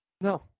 No